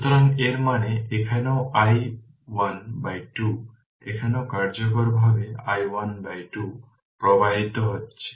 সুতরাং এর মানে এখানেও i1 by 2 এখানেও কার্যকরভাবে i1 by 2 প্রবাহিত হচ্ছে